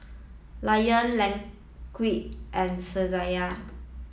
Lion Laneige and Saizeriya